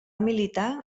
militar